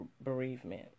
bereavement